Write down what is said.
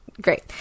great